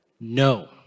No